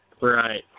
Right